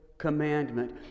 commandment